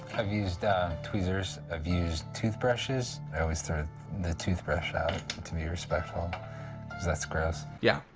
i've used tweezers. i've used toothbrushes. i always throw the toothbrush out to be respectful cause that's gross. yep.